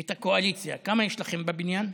את הקואליציה: כמה יש לכם בבניין?